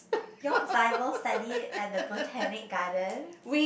you all bible study at the Botanic-Gardens